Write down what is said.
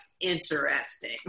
interesting